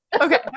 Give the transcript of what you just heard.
Okay